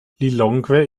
lilongwe